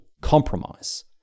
compromise